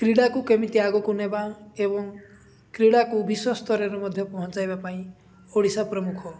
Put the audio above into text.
କ୍ରୀଡ଼ାକୁ କେମିତି ଆଗକୁ ନେବା ଏବଂ କ୍ରୀଡ଼ାକୁ ବିଶ୍ୱସ୍ତରରେ ମଧ୍ୟ ପହଞ୍ଚାଇବା ପାଇଁ ଓଡ଼ିଶା ପ୍ରମୁଖ